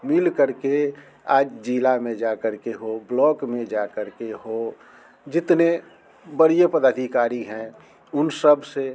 मिल करके आज जिला में जा करके हो ब्लॉक में जा करके हो जितने बढ़िए पदाधिकारी हैं उन सबसे